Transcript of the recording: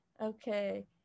Okay